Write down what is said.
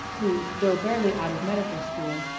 who, though barely out of medical school,